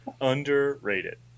Underrated